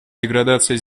деградация